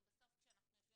אבל בסוף כשאנחנו יושבים